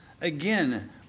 Again